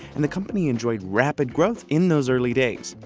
and the company enjoyed rapid growth in those early days.